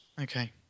Okay